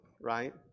right